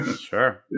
Sure